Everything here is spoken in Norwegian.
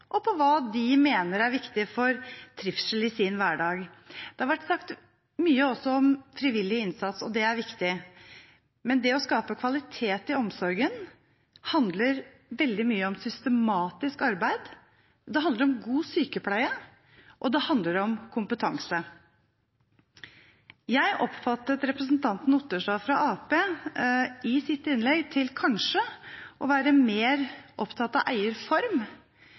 og hva de mener er viktig for trivsel i sin hverdag. Det har også vært sagt mye om frivillig innsats, og det er viktig, men det å skape kvalitet i omsorgen handler veldig mye om systematisk arbeid. Det handler om god sykepleie, og det handler om kompetanse. Jeg oppfattet at representanten Otterstad fra Arbeiderpartiet i sitt innlegg kanskje var mer opptatt av eierform